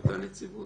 מנציבות